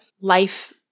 life